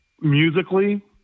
musically